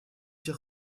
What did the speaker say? tire